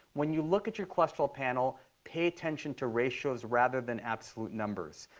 when you look at your cholesterol panel, pay attention to ratios rather than absolute numbers.